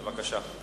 בבקשה.